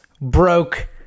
broke